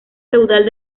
feudal